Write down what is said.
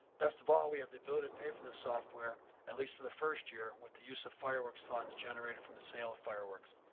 best of all, we have the ability to pay for the software at least for the first year and what the use of fireworks funds generated from the sale of fireworks.